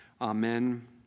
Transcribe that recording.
Amen